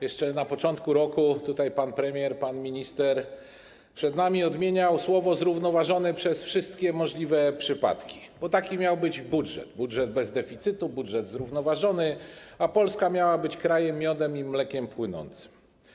Jeszcze na początku roku pan premier i pan minister odmieniali przed nami słowo „zrównoważony” przez wszystkie możliwe przypadki, bo taki miał być budżet: budżet bez deficytu, budżet zrównoważony, a Polska miała być krajem miodem i mlekiem płynącym.